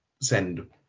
send